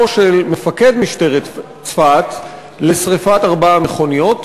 של מפקד משטרת צפת לשרפת ארבע המכוניות.